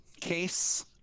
case